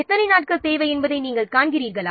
எத்தனை நாட்கள் தேவை என்பதை நீங்கள் காண்கிறீர்களா